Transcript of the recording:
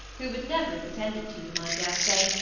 who would never have attended to them, i dare say,